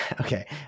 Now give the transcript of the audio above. Okay